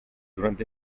durante